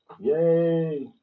yay